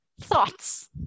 Thoughts